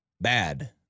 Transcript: bad